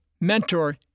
mentor